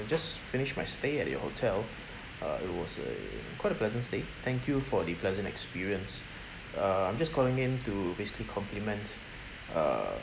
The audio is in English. just finished my stay at your hotel uh it was a quite a pleasant stay thank you for the pleasant experience uh I'm just calling in to basically compliment uh